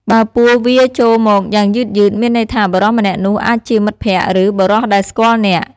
បើពស់វារចូលមកយ៉ាងយឺតៗ មានន័យថាបុរសម្នាក់នោះអាចជាមិត្តភក្តិ ឬ បុរសដែលស្គាល់អ្នក។